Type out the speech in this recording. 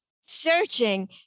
searching